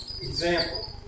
example